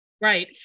Right